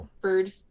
bird